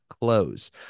close